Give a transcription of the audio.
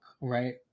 right